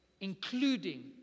including